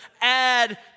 add